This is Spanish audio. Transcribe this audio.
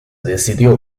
decidió